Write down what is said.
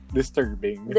disturbing